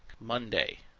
monday,